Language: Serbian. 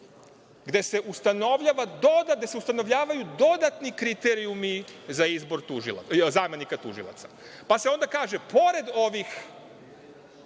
gde se ustanovljavaju dodatni kriterijumi za izbor zamenika tužilaca, pa se onda kaže, pored ovih